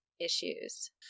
issues